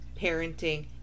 parenting